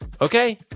Okay